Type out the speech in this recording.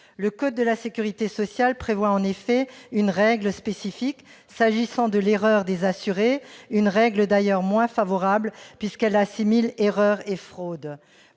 Le code de la sécurité sociale prévoit en effet une règle spécifique s'agissant de l'erreur des assurés, une règle d'ailleurs moins favorable puisqu'elle assimile erreur et fraude.